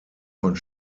von